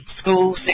School